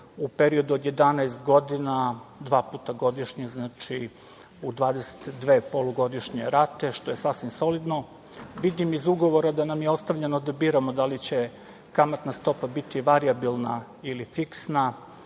u periodu od 11 godina, dva puta godišnje. Znači u 22 polugodišnje rate, što je sasvim solidno. Vidim iz ugovora da nam je ostavljeno da biramo da li će kamatna stopa biti varijabilna ili fiksna,